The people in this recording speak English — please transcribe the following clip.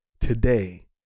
today